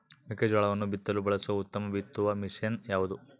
ಮೆಕ್ಕೆಜೋಳವನ್ನು ಬಿತ್ತಲು ಬಳಸುವ ಉತ್ತಮ ಬಿತ್ತುವ ಮಷೇನ್ ಯಾವುದು?